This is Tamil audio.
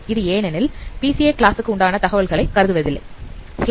இது ஏனெனில் பிசிஏ கிளாஸ் க்கு உண்டான தகவல்களை கருதுவதில்லை